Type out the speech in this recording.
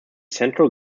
central